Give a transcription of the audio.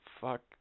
fuck